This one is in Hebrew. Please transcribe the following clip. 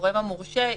לגורם המורשה,